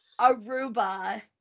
Aruba